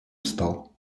встал